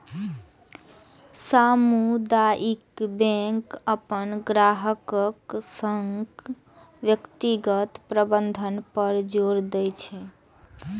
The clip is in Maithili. सामुदायिक बैंक अपन ग्राहकक संग व्यक्तिगत संबंध पर जोर दै छै